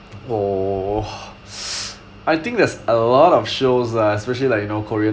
!whoa! I think there's a lot of shows lah especially like you know korean